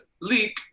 leak